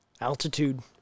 Altitude